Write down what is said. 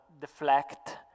deflect